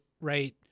right